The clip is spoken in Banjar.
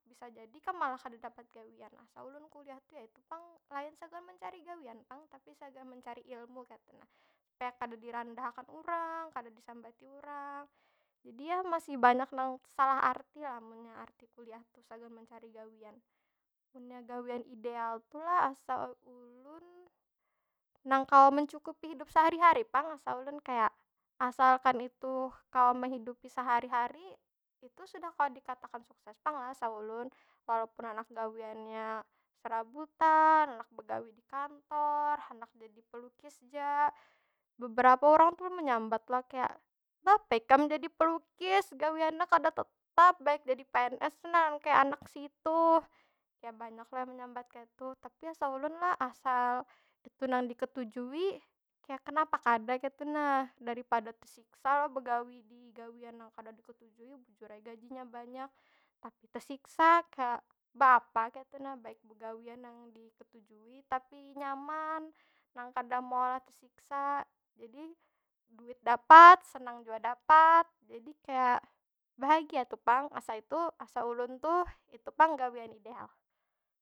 Bisa jadi kam malah kada dapat gawian. Asa ulun kuliah tu ya itu pang, lain sagan mencari gawian pang tapi sagan mencari ilmu kaytu nah. Supaya kada dirandahakan urang, kada disambati urang. Jadi yah masih banyak nang salah arti lah, munya arti kuliah tu sagan mencari gawian. Munnya gawian ideal tu lah, asa ulun nang kawa mencukupi hidup sehari- hari pang asa ulun. Kaya, asalkan itu kawa mehidupi sehari- hari, itu sudah kawa dikatakan sukses pang lah, asa ulun. Walaupun handak gawiannya serabutan, handak begawi di kantor, handak jadi pelukis ja. Beberapa urang tu menyambat lah kaya, behapa ikam jadi pelukis? Gawiannya kada tetap, baik jadi pns tu nah, kaya anak si ituh. Ya banyak lah nang menyambat kaytu. Tapi asa ulun lo, asal itu nang diketujui, kaya kenapa kada kaytu nah. Daripada tesiksa lo begawi di gawian nang kada diketujui. Bujur ai gajinya banyak, tapi tesiksa. Kaya, beaapa kaytu nah. baik begawian nang di ketujui tapi nyaman, nang kada meoolah tesiksa. Jadi duit dapat, senang jua dapat. Jadi kaya, bahagia tu pang. Asa itu, asa ulun tuh, itu pang gawian ideal.